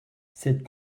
cette